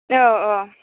अ'अ'